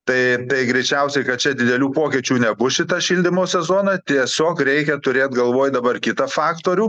tai greičiausiai kad čia didelių pokyčių nebus šitą šildymo sezoną tiesiog reikia turėt galvoj dabar kitą faktorių